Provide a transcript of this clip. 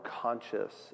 conscious